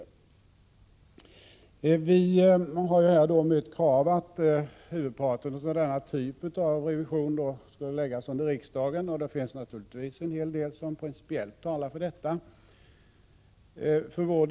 Det har framförts krav på att huvudparten av denna typ av revision skall läggas under riksdagen. Principiellt talar en hel del för detta.